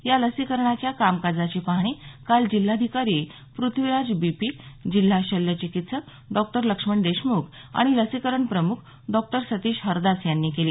या लसीकरणाच्या कामकाजाची पाहणी काल जिल्हाधिकारी पृथ्वीराज बी पी जिल्हा शल्य चिकित्सक डॉक्टर लक्ष्मण देशमुख आणि लसीकरण प्रमुख डॉक्टर सतीष हरदास यांनी केली